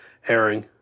Herring